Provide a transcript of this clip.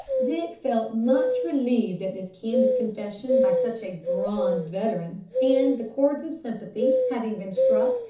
dick felt much relieved at this candid confession by such a bronzed veteran, and, the chords of sympathy having been struck,